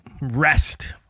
rest